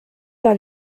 par